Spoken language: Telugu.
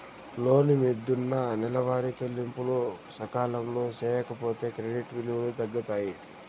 లోను మిందున్న నెలవారీ చెల్లింపులు సకాలంలో సేయకపోతే క్రెడిట్ విలువ తగ్గుతాది